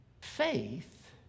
Faith